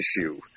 issue